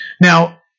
now